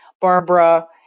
Barbara